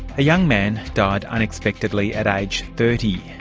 a young man died unexpectedly at aged thirty.